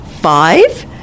Five